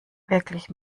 wirklich